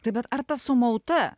tai bet ar ta sumauta